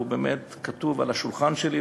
והוא באמת כתוב על השולחן שלי,